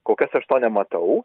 kol kas aš nematau